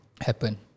happen